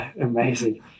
amazing